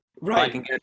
Right